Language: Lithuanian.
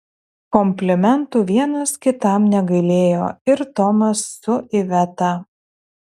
komplimentų vienas kitam negailėjo ir tomas su iveta